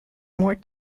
more